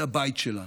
זה הבית שלנו,